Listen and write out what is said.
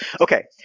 okay